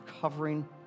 covering